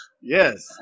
Yes